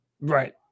right